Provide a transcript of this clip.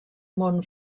món